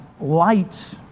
light